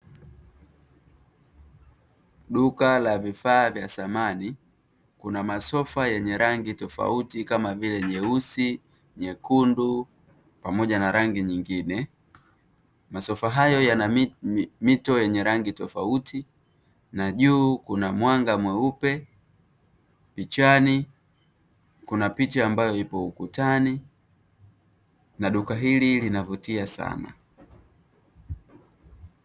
Duka la vifaa vya samani, kuna masofa yenye rangi tofauti kama vile; Nyeusi, nyekundu pamoja na rangi nyingine. Masofa hayo yana mito yenye rangi tofauti na juu kuna mwanga mweupe, pichani, kuna picha ambayo ipo ukutani na duka hili linavutia sana.